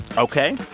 ok?